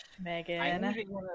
megan